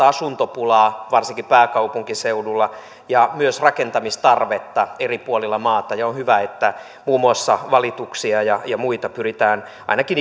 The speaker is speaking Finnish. asuntopulaa varsinkin pääkaupunkiseudulla ja myös rakentamistarvetta eri puolilla maata ja on hyvä että muun muassa valituksia ja ja muita pyritään ainakin